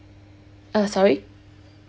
uh sorry